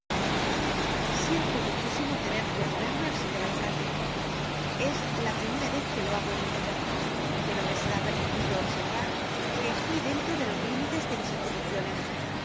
siento muchísimo tener que oponerme al señor alcalde es la primera vez que lo hago en mi vida pero me será permitido observar que estoy dentro de los límites de mis atribuciones